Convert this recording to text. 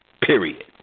Period